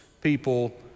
people